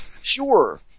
sure